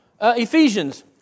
Ephesians